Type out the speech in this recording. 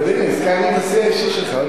אבל הנה, הזכרנו את השיא האישי שלך.